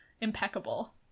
impeccable